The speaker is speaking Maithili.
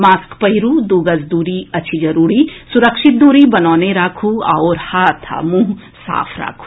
मास्क पहिरू दू गज दूरी अछि जरूरी सुरक्षित दूरी बनौने राखू आओर हाथ आ मुंह साफ राखू